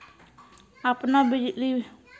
आपनौ बिजली bill online जमा करै सकै छौ?